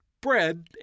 Bread